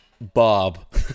Bob